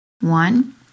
one